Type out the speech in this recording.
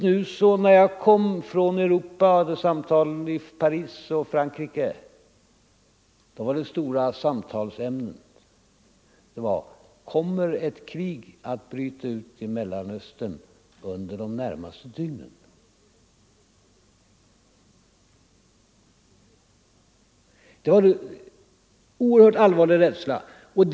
Men just när jag kom hem via Paris var det stora samtalsämnet där ute i Europa frågan: Kommer ett krig att bryta ut i Mellanöstern under de närmaste dygnen? Det fanns en oerhört allvarlig rädsla härför.